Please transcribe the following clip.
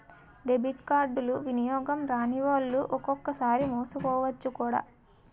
debit కార్డులు వినియోగం రానివాళ్లు ఒక్కొక్కసారి మోసపోవచ్చు కూడా